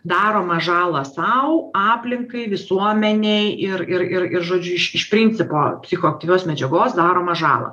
daromą žalą sau aplinkai visuomenei ir ir ir ir žodžiu iš iš principo psichoaktyvios medžiagos daromą žalą